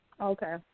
Okay